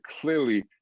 clearly